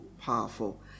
powerful